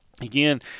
Again